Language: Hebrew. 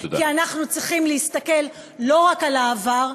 כי אנחנו צריכים להסתכל לא רק על העבר,